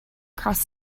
cross